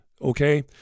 Okay